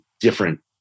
different